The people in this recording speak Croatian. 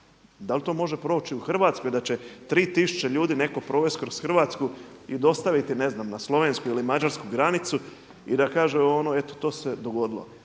Da li to može proći u Hrvatskoj da će 3 tisuće ljudi netko provesti kroz Hrvatsku i dostaviti ne znam na slovensku ili mađarsku granicu i da kaže eto to se dogodilo.